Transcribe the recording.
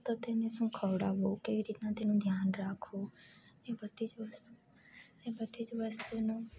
તો તેને શું ખવડાવવું કેવી રીતના તેનું ધ્યાન રાખવું એ બધી જ વસ્તુ એ બધી જ વસ્તુનો